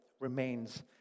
remains